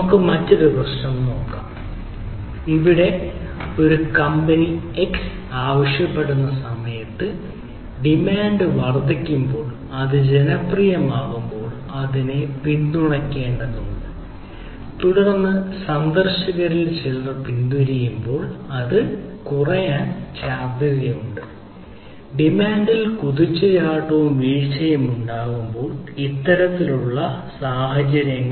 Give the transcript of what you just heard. നമുക്ക് മറ്റൊരു പ്രശ്നം നോക്കാം ഇവിടെ ഒരു കമ്പനി എക്സ് ആവശ്യപ്പെടുന്ന സമയത്ത് ഡിമാൻഡ് വർദ്ധിക്കുമ്പോൾ അത് ജനപ്രിയമാകുമ്പോൾ അതിനെ പിന്തുണയ്ക്കേണ്ടതുണ്ട് തുടർന്ന് സന്ദർശകരിൽ ചിലർ പിന്തിരിയുമ്പോൾ അത് കുറയ്ക്കാൻ സാധ്യതയുണ്ട് ഡിമാൻഡിൽ കുതിച്ചുചാട്ടവും വീഴ്ചയും ഉണ്ടാകുമ്പോൾ ഇത്തരത്തിലുള്ള സാഹചര്യങ്ങൾ